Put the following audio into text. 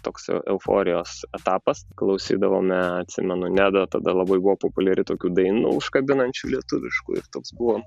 toks euforijos etapas klausydavome atsimenu nedą tada labai populiari tokių dainų užkabinančių lietuviškų ir toks buvo